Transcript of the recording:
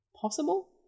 possible